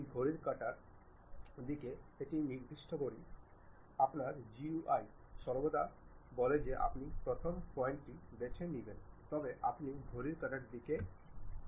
এখন বর্তমান ঘটনার জন্য আমি সেই লিঙ্কটি থেকে দূরে উপাদান যুক্ত করতে চাই